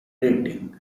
rating